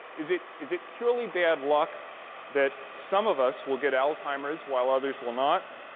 is it is it purely bad luck that some of us will get alzheimer's while others will not?